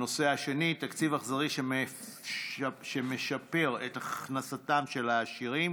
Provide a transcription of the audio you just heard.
הנושא השני: תקציב אכזרי שמשפר את הכנסתם של העשירים